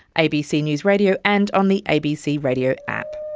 abc news radio and on the abc radio app.